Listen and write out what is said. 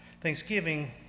Thanksgiving